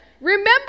Remember